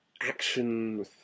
action